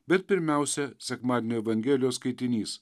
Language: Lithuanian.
bet pirmiausia sekmadienio evangelijos skaitinys